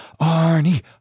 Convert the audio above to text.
Arnie